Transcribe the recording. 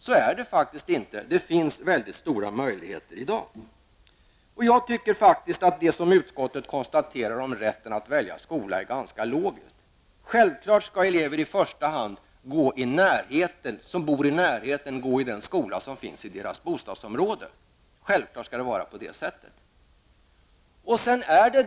Så är det faktiskt inte, det finns väldigt stora möjligheter i dag. Jag tycker faktiskt att det som utskottet konstaterar om rätten att välja skola är logiskt. Självklart skall elever som bor i närheten i första hand gå i den skola som finns i deras bostadsområde. Självklart skall det vara på det sättet.